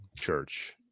church